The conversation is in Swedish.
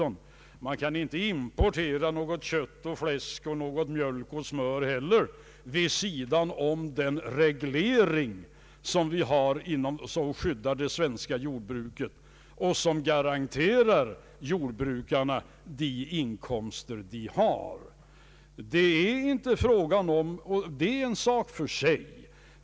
Men man kan inte heller importera något kött och fläsk eller smör och mjölk, vid sidan om den reglering som vi har Allmänpolitisk debatt till skydd för det svenska jordbruket och som garanterar jordbrukarna den monopolställning de har. Men det är en sak för sig.